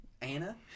Anna